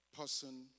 person